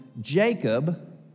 Jacob